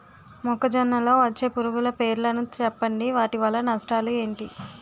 మొక్కజొన్న లో వచ్చే పురుగుల పేర్లను చెప్పండి? వాటి వల్ల నష్టాలు ఎంటి?